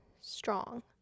strong